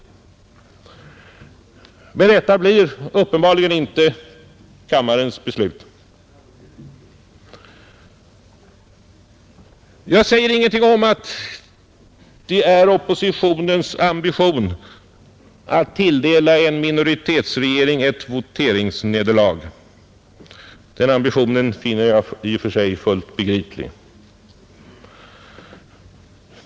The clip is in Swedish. Men detta blir uppenbarligen inte riksdagens beslut. Jag säger ingenting om att det är oppositionens ambition att tilldela en minoritetsregering ett voteringsnederlag — den ambitionen finner jag i och för sig fullt begriplig.